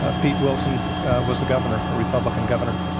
ah pete wilson was the governor a republican governor.